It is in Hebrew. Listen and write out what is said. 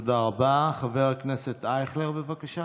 "במקום דמי